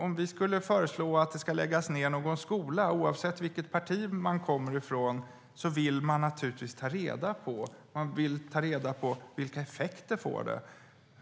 Om man skulle föreslå att en skola ska läggas ned, vill man naturligtvis - oavsett vilket parti man kommer ifrån - ta reda på vilka effekter det får.